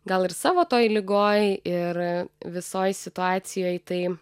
gal ir savo toj ligoj ir visoj situacijoj tai